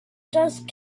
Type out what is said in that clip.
dust